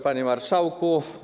Panie Marszałku!